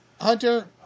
Hunter